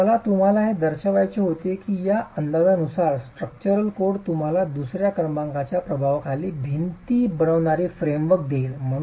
तर मला तुम्हाला हे दर्शवायचे होते की या अंदाजानुसार स्ट्रक्चरल कोड तुम्हाला दुसर्या क्रमांकाच्या प्रभावाखाली भिंती बनविणारी फ्रेमवर्क देईल